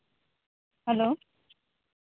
hello